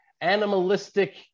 animalistic